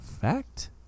fact